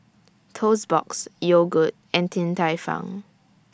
Toast Box Yogood and Din Tai Fung